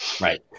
Right